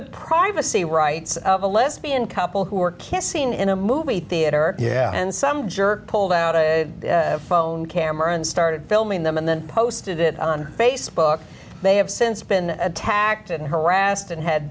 the privacy rights of a lesbian couple who were kissing in a movie theater yeah and some jerk pulled out a phone camera and started filming them and then posted it on facebook they have since been attacked and harassed and had